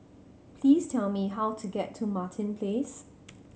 please tell me how to get to Martin Place